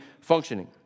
functioning